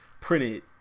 printed